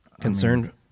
Concerned